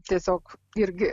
tiesiog irgi